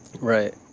Right